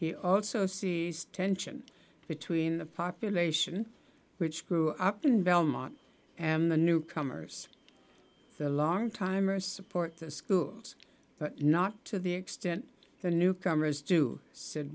he also sees tension between the population which grew up in belmont and the newcomers the long timers support the schools but not to the extent the newcomers do s